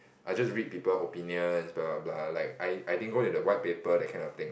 I just read people opinion blah blah like I I didn't go with white paper that kind of thing